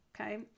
Okay